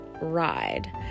ride